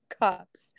Cops